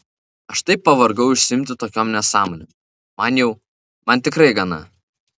aš taip pavargau užsiimti tokiom nesąmonėm man jau man tikrai gana